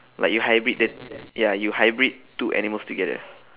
like you hybrid the ya you hybrid two animals together